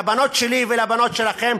לבנות שלי ולבנות שלכם.